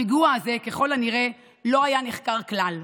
הפיגוע הזה ככל הנראה לא היה נחקר כלל.